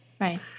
Right